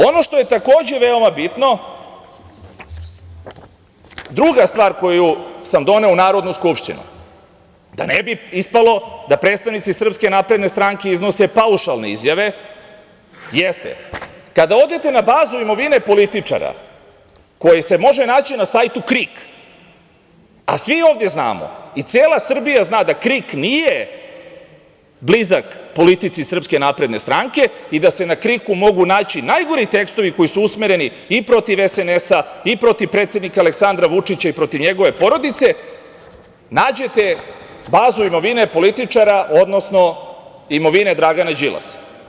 Ono što je takođe veoma bitno, druga stvar koju sam doneo u Narodnu skupštinu, da ne bi ispalo da predstavnici SNS iznose paušalne izjave, jeste kada odete na bazu imovine političara koji se može naći na sajtu KRIK, a svi ovde znamo i cela Srbija zna da KRIK nije blizak politici SNS i da se na KRIK-u mogu naći najgori tekstovi koji su usmereni i protiv SNS i protiv predsednika Aleksandra Vučića i protiv njegove porodice, nađete bazu imovine političara, odnosno imovine Dragana Đilasa.